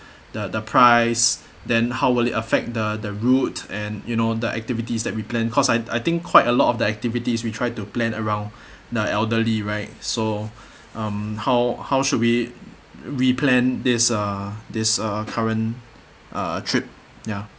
the the price then how will it affect the the route and you know the activities that we plan cause I I think quite a lot of the activities we try to plan around the elderly right so um how how should we re-plan this uh this uh current uh trip ya